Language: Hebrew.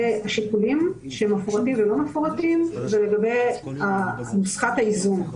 שיקולים שמפורטים או לא מפורטים בנוסחת האיזון.